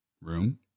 room